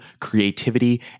creativity